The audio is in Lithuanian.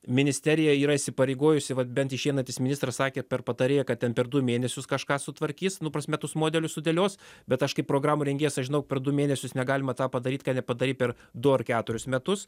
ministerija yra įsipareigojusi vat bent išeinantis ministras sakė per patarėją kad ten per du mėnesius kažką sutvarkys nu prasme tuos modelius sudėlios bet aš kaip programų rengėjas aš žinau per du mėnesius negalima tą padaryt ką nepadarei per du ar keturis metus